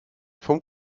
vom